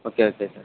okay okay sir